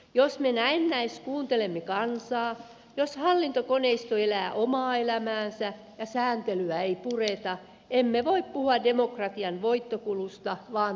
jos me näennäiskuuntelemme kansaa jos hallintokoneisto elää omaa elämäänsä ja sääntelyä ei pureta emme voi puhua demokratian voittokulusta vaan päinvastoin